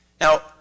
Now